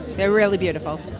they're really beautiful.